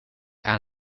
aan